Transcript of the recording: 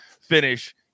finish